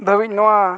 ᱫᱷᱟᱹᱵᱤᱡ ᱱᱚᱣᱟ